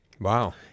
Wow